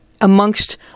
amongst